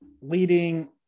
leading